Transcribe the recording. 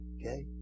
Okay